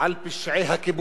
על פשעי הכיבוש,